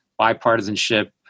bipartisanship